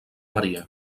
maria